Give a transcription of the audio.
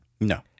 No